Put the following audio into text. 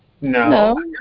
no